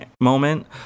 moment